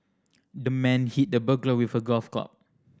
the man hit the burglar with a golf club